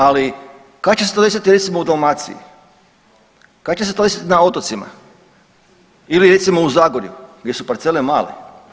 Ali kad će se to desiti recimo u Dalmaciji, kad će se to desiti na otocima ili recimo u Zagorju gdje su parcele male.